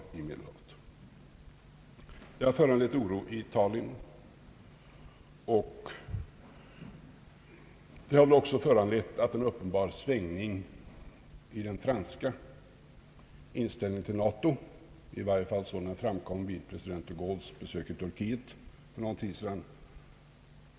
Det inträffade har föranlett oro i Italien och väl även orsakat en uppenbar svängning i den franska inställningen till NATO, i varje fall sådan den framkom vid president de Gaulles besök i Turkiet för någon tid sedan.